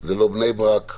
זה לא בני ברק,